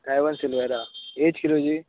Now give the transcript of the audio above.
driver Silveira एज कितली